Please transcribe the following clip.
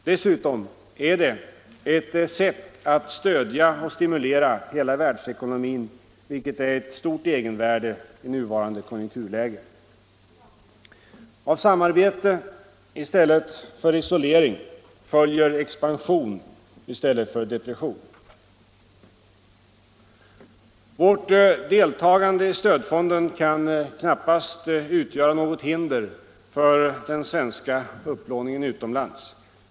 Dessutom är det ett sätt att stödja och stimulera hela världsekonomin, vilket har ett stort egenvärde i nuvarande konjunkturläge. Av samarbete i stället för isolering följer expansion i stället för depression. Vårt deltagande i stödfonden kan knappast utgöra något hinder för den svenska upplåningen utomlands.